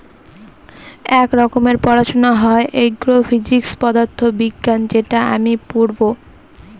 এক রকমের পড়াশোনা হয় এগ্রো ফিজিক্স পদার্থ বিজ্ঞান যেটা আমি পড়বো